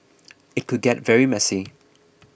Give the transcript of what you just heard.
it could get very messy